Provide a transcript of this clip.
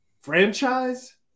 franchise